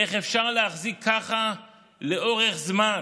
איך אפשר להחזיק ככה לאורך זמן?